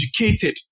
educated